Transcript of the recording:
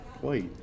plate